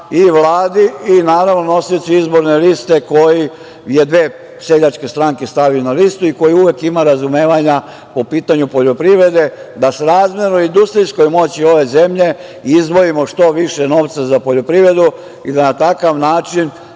i Vladi i naravno nosiocu izborne liste koji je dve seljačke stranke stavio na listu i koji uvek ima razumevanja po pitanju poljoprivrede da srazmerno industrijskoj moći ove zemlje izdvojimo što više novca za poljoprivredu i da na takav način